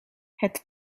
het